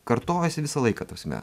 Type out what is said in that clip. kartojasi visą laiką ta prasme